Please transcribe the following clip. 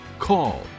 call